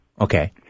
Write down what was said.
Okay